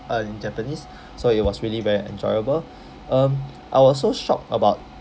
a japanese so it was really very enjoyable um I was so shocked about